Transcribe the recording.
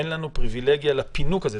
אין לנו פריבילגיה לפינוק הזה.